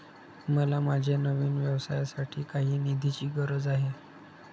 मला माझ्या नवीन व्यवसायासाठी काही निधीची गरज आहे